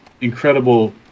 incredible